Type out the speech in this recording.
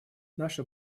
наше